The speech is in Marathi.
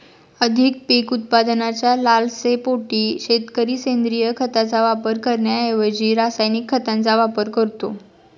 अधिक पीक उत्पादनाच्या लालसेपोटी शेतकरी सेंद्रिय खताचा वापर करण्याऐवजी रासायनिक खतांचा वापर करतो